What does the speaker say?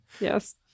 Yes